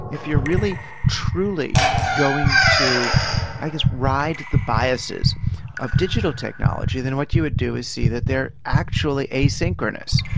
if you're really truly going to like ride the biases of digital technology than what you would do is see that they are actually asynchronous,